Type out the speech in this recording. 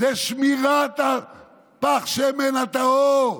זו שמירת פך השמן הטהור.